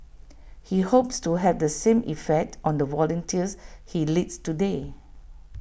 he hopes to have the same effect on the volunteers he leads today